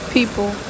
People